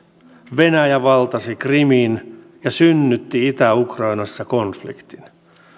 venäjä valtasi krimin ja synnytti itä ukrainassa konfliktin